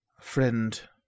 Friend